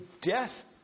death